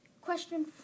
Question